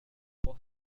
for